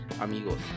Amigos